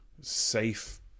safe